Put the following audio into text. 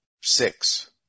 six